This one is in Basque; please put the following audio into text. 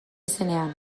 izenean